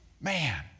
Man